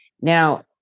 now